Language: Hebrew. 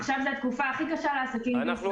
עכשיו זאת התקופה הכי קשה לעסקים בישראל